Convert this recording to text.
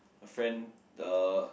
a friend uh